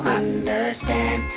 understand